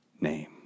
name